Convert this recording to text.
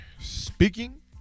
speaking